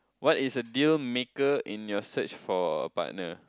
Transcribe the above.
what is a deal maker in your search for a partner